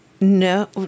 No